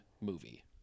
movie